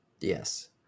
Yes